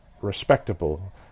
Respectable